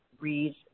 read